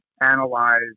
analyze